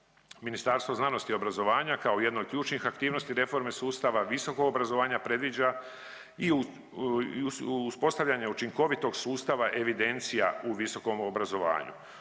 Ministarstvo znanosti i obrazovanja kao jedno od ključnih aktivnosti reforme sustava visokog obrazovanja predviđa i uspostavljanje učinkovitog sustava evidencija u visokom obrazovanju.